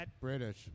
British